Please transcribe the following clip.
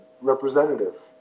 representative